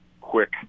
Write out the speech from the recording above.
quick